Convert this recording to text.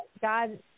God